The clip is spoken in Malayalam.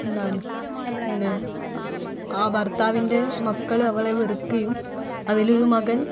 ഉണ്ടാകുന്നു പിന്നെ ആ ഭർത്താവിൻ്റെ മക്കള് അവളെ വെറുക്കയും അതിലൊരു മകൻ